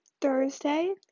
Thursday